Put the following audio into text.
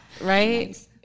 Right